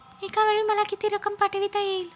एकावेळी मला किती रक्कम पाठविता येईल?